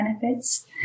benefits